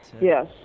yes